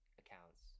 accounts